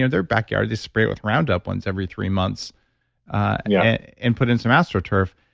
their backyard, they spray it with roundup once every three months and yeah and put in some astroturf.